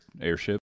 airship